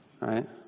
right